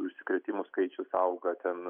užsikrėtimų skaičius auga ten